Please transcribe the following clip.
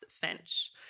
Finch